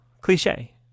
cliche